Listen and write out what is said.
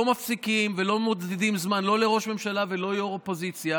לא מפסיקים ולא מודדים זמן לא לראש ממשלה ולא לראש אופוזיציה,